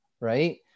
right